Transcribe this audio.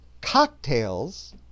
cocktails